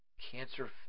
cancer